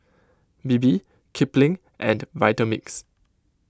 Bebe Kipling and Vitamix